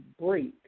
break